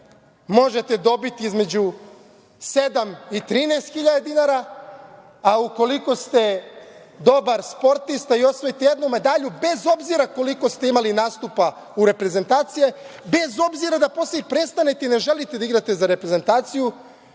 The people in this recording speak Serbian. možete dobiti između 7.000 i 13.000 dinara, a ukoliko ste dobar sportista i osvojite jednu medalju, bez obzira koliko ste imali nastupa u reprezentaciji, bez obzira da posle i prestanete i ne želite da igrate za reprezentaciju,